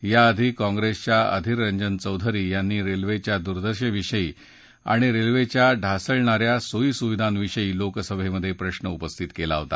यआधी काँग्रेसच्या अधीर रंजन चौधरी यांनी रेल्वेच्या दुर्दशेविषयी आणि रेल्वेच्या ढासळ्याच्या सोयीसुविधांविषयी लोकसभेत प्रश्न उपस्थित केला होता